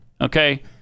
Okay